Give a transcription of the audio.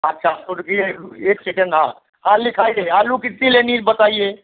अच्छा तो रुकिए एक सेकेण्ड हाँ हाँ लिखाइए आलू कितना लेना है बताइए